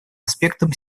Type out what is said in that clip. аспектом